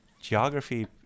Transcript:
Geography